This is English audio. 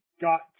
got